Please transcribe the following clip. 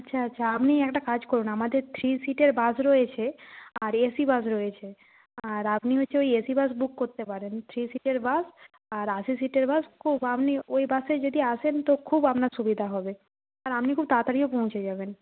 আচ্ছা আচ্ছা আপনি একটা কাজ করুন আমাদের থ্রি সীটের বাস রয়েছে আর এসি বাস রয়েছে আর আপনি হচ্ছে ওই এসি বাস বুক করতে পারেন থ্রি সীটের বাস আর আশি সীটের বাস আপনি ওই বাসে যদি আসেন তো খুব আপনার সুবিধা হবে আর আপনি খুব তাড়াতাড়িও পৌঁছে যাবেন